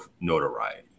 notoriety